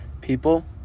people